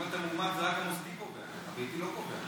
אם אתה מאומת, רק המוסדי קובע, הביתי לא קובע.